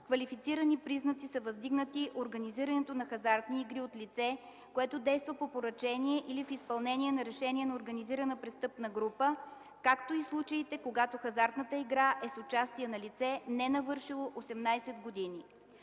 квалифицирани признаци са въздигнати организирането на хазартни игри от лице, което действа по поръчение или в изпълнение на решение на организирана престъпна група, както и случаите, когато хазартната игра е с участие на лице, ненавършило 18 години.